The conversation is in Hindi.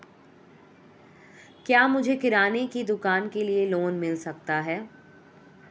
क्या मुझे किराना की दुकान के लिए लोंन मिल सकता है?